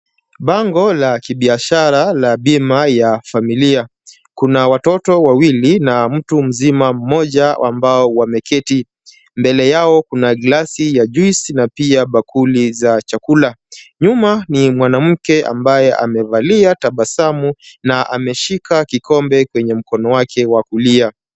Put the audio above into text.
Bango la kibiashara la bima ya familia. Kuna watoto wawili na mtu mzima mmoja ambao wameketi. Mbele yao kuna glasi ya juice na pia bakula za chakula. Nyuma ni mwanamke ambaye amevalia tabasamu na ameshika kikombe kwenye mkono wake wa kulia.